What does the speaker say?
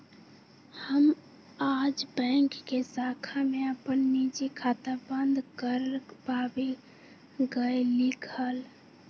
हम आज बैंक के शाखा में अपन निजी खाता बंद कर वावे गय लीक हल